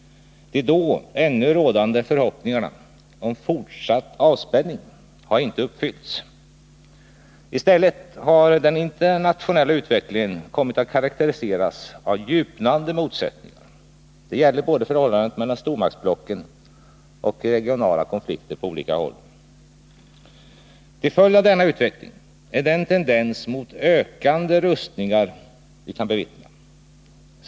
De då ännu rådande förhoppningarna om fortsatt avspänning har inte uppfyllts. I stället har den internationella utvecklingen kommit att karakteriseras av djupnande motsättningar. Det gäller både förhållandet mellan stormaktsblocken och regionala konflikter på olika håll. Till följd av denna utveckling är den tendens mot ökande rustningar vi kan bevittna.